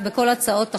בכל הצעות החוק.